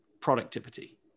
productivity